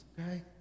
Okay